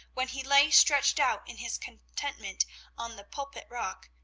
when he lay stretched out in his contentment on the pulpit-rock,